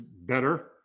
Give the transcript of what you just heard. better